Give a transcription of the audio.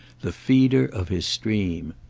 the feeder of his stream.